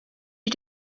you